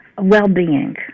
well-being